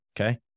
okay